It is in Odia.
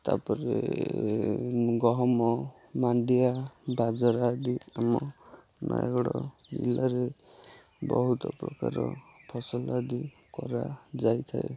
ତାପରେ ଗହମ ମାଣ୍ଡିଆ ବାଜରା ଆଦି ଆମ ନାୟାଗଡ଼ ଜିଲ୍ଲାରେ ବହୁତ ପ୍ରକାର ଫସଲ ଆଦି କରାଯାଇଥାଏ